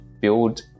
build